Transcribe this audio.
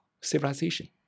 civilization